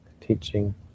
teaching